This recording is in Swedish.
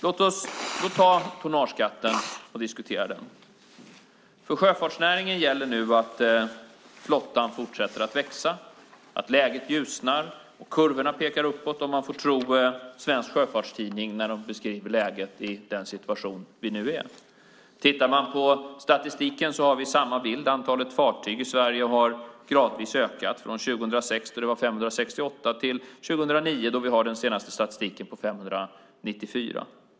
Låt oss då ta tonnageskatten och diskutera den. För sjöfartsnäringen gäller nu att flottan fortsätter att växa, att läget ljusnar och att kurvorna pekar uppåt - om man får tro Svensk Sjöfarts-Tidnings beskrivning av läget just nu. Tittar man på statistiken ser man samma bild: Antalet fartyg i Sverige har gradvis ökat, från 2006 då det var 568 till 2009, som vår senaste statistik gäller, då det var 594.